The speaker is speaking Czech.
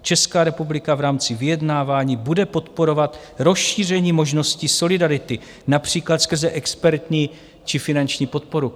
Česká republika v rámci vyjednávání bude podporovat rozšíření možností solidarity například skrze expertní či finanční podporu.